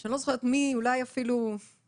שאני לא זוכרת מי, אולי אפילו ענת